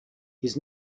his